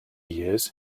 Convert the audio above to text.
years